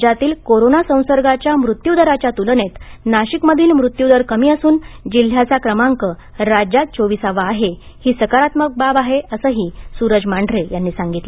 राज्यातील कोरोना संसर्गाच्या मृत्यू दराच्या तुलनेत नाशिकमधील मृत्यूदर कमी असून जिल्ह्याचा क्रमांक राज्यात चोविसावा आहे ही सकारात्मक बाब आहे असंही सुरज मांढरे यांनी सांगितले